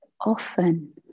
Often